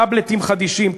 טאבלטים חדישים.